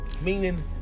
Meaning